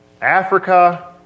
Africa